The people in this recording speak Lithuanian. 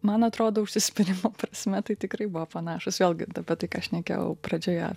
man atrodo užsispyrimo prasme tai tikrai buvo panašūs vėlgi apie tai ką šnekėjau pradžioje